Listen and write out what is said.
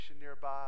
nearby